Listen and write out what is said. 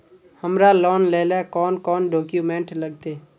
हमरा लोन लेले कौन कौन डॉक्यूमेंट लगते?